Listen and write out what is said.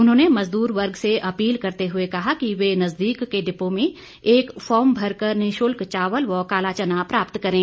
उन्होंने मज़दूर वर्ग से अपील करते हुए कहा कि वे नजदीक के डिपो में एक फार्म भरकर निशुल्क चावल व काला चना प्राप्त करें